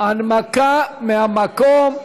הנמקה מהמקום.